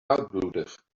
koudbloedig